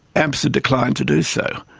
amsa declined to do so,